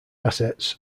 assets